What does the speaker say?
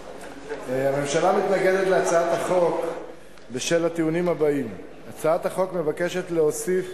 הממשלה מתנגדת להצעת החוק בשל הטיעונים הבאים: הצעת החוק מבקשת להוסיף